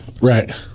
right